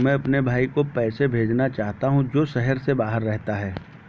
मैं अपने भाई को पैसे भेजना चाहता हूँ जो शहर से बाहर रहता है